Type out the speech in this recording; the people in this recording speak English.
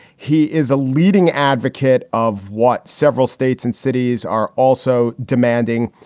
he is a leading advocate of what several states and cities are also demanding.